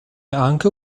anche